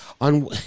On